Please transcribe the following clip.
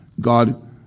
God